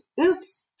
oops